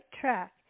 track